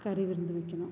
கறி விருந்து வைக்கணும்